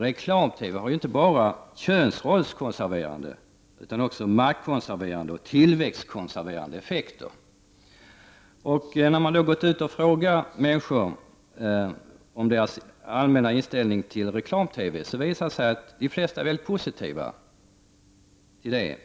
Reklam-TV har ju inte bara köns rollskonserverande effekter utan också maktkonserverande och tillväxtkonserverande effekter. När man har frågat människor om deras allmänna inställning till reklam TV, visar det sig att de allra flesta är mycket positiva till det.